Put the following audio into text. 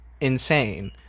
insane